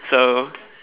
so